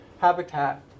habitat